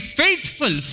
faithful